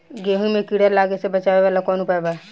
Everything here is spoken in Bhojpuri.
गेहूँ मे कीड़ा लागे से बचावेला कौन उपाय बा?